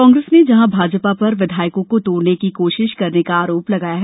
कांग्रेस ने जहां भाजपा पर विधायकों को तोड़ने की कोशिश करने का आरोप लगाया है